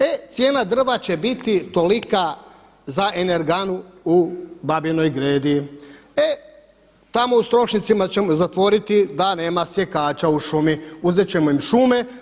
E cijena drva će biti tolika za energanu u Babinoj Gredi, e tamo u Strošincima ćemo zatvoriti da nema sjekača u šumi, uzet ćemo im šume.